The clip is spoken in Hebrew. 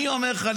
אני אומר לך,